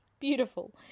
Beautiful